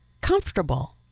comfortable